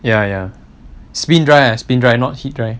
ya ya spin dry ah spin dry not heat dry